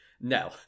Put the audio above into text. no